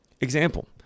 Example